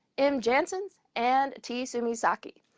m janssens and t sumisaki.